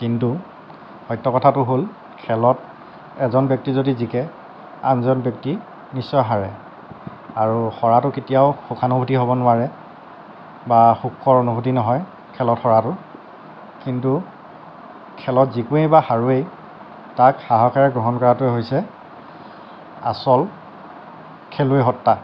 কিন্তু সত্য কথাটো হ'ল খেলত এজন ব্যক্তি যদি জিকে আনজন ব্যক্তি নিশ্চয় হাৰে আৰু হৰাটো কেতিয়াও সুখানুভুতি হ'ব নোৱাৰে বা সুখৰ অনুভূতি নহয় খেলত হৰাটো কিন্তু খেলত জিকোৱে বা হাৰোৱেই তাক সাহসেৰে গ্ৰহণ কৰাটোৱেই হৈছে আচল খেলুৱৈ সত্বা